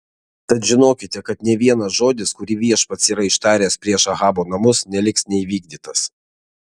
tad žinokite kad nė vienas žodis kurį viešpats yra ištaręs prieš ahabo namus neliks neįvykdytas